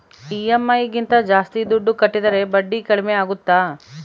EMI ಗಿಂತ ಜಾಸ್ತಿ ದುಡ್ಡು ಕಟ್ಟಿದರೆ ಬಡ್ಡಿ ಕಡಿಮೆ ಆಗುತ್ತಾ?